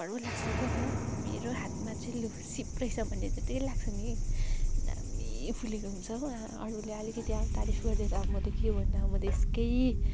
गर्व लाग्छ क्या त मेरो हातमा चाहिँ लु सिप रहेछ भन्ने जतिकै लाग्छ नि दामी फुलेको हुन्छ हो अरूले अलिकति अब तारिफ गरिदिएर म त के भन्नु र म त यसकै